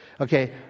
Okay